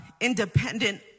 Independent